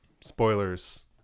spoilers